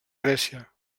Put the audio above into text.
grècia